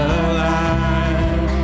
alive